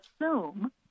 assume